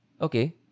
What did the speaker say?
Okay